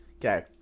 Okay